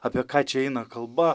apie ką čia eina kalba